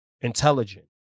intelligent